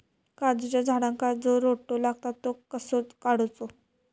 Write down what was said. काजूच्या झाडांका जो रोटो लागता तो कसो काडुचो?